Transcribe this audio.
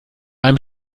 einem